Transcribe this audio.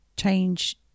Change